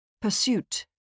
Pursuit